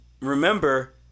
remember